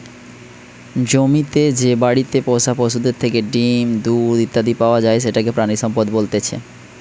জমিতে যে বাড়িতে পোষা পশুদের থেকে ডিম, দুধ ইত্যাদি পাওয়া যায় সেটাকে প্রাণিসম্পদ বলতেছে